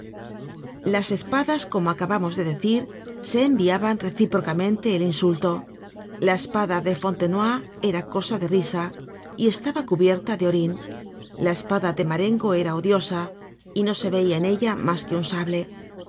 las espadas como acabamos de decir se enviaban recíprocamente el insulto la espada de fontenoy era cosa de risa y estaba cubierta de orin la espada de marengo era odiosa y no se veia en ella mas que un sable